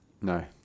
No